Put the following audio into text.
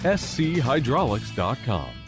schydraulics.com